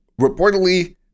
reportedly